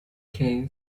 kane